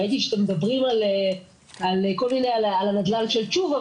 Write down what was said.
ראיתי שאתם מדברים על הנדל"ן של תשובה,